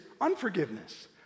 unforgiveness